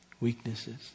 weaknesses